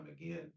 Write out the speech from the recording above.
again